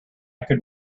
could